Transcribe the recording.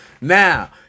Now